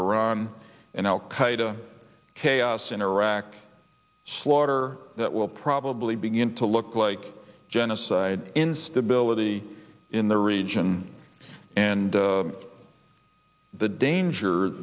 iran and al qaeda chaos in iraq slaughter that will prob blee begin to look like genocide instability in the region and the danger